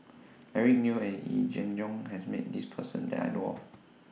Eric Neo and Yee Jenn Jong has Met This Person that I know of